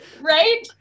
right